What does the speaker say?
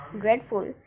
Dreadful